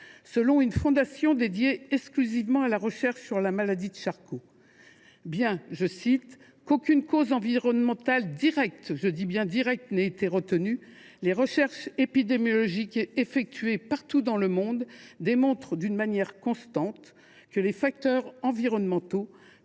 Selon une fondation dédiée exclusivement à la recherche sur la maladie de Charcot, « bien qu’aucune cause environnementale directe – j’insiste sur l’adjectif “directe” – n’ait été retenue, les recherches épidémiologiques effectuées partout dans le monde démontrent d’une manière constante que les facteurs environnementaux